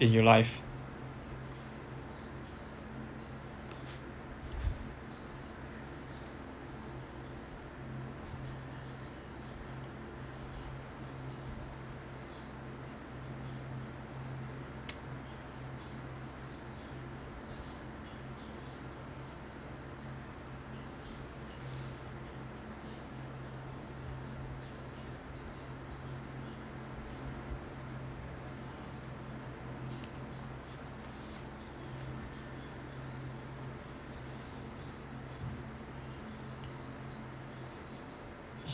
in your life